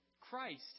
Christ